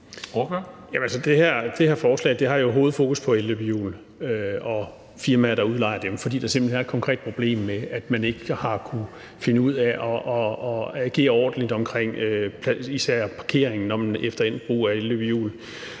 det her forslag har jo hovedfokus på elløbehjul og firmaer, der udlejer dem, fordi der simpelt hen er et konkret problem med, at man ikke har kunnet finde ud af at agere ordentligt i forbindelse med især parkering efter endt brug af elløbehjul.